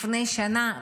לפני שנה,